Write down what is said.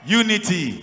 unity